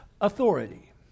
authority